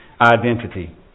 identity